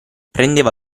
prendeva